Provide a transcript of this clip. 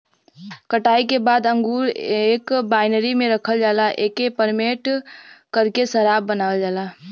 कटाई के बाद अंगूर एक बाइनरी में रखल जाला एके फरमेट करके शराब बनावल जाला